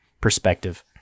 perspective